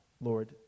Lord